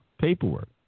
paperwork